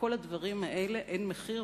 לכל הדברים האלה אין מחיר,